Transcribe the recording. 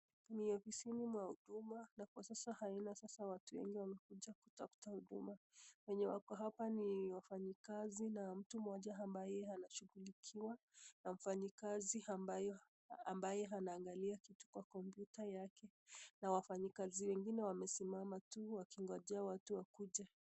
Ofisini mwa huduma na kwa sasa haina watu wengi wamekuja kutafuta huduma. Wenye wako hapa ni wafanyi kazi na mtu mmoja ambaye anashughulikiwa na mfanyi kazi ambaye anaangalia kitu kwa komputa yake na wafanyi kazi wengine wamesimama tu wakingonjea watu wakuje.